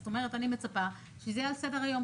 זאת אומרת, אני מצפה שזה יהיה על סדר-היום.